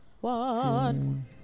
one